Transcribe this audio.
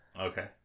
Okay